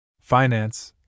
Finance